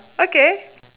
okay